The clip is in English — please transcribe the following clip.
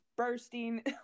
Bursting